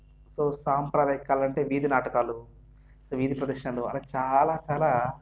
so సాంప్రదాయ కళ అంటే వీధి నాటకాలు సో వీధి ప్రదర్శనలు అలాగే చాలా చాలా